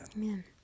Amen